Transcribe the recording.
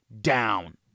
down